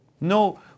No